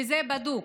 וזה בדוק.